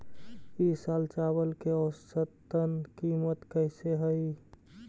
ई साल चावल के औसतन कीमत कैसे हई?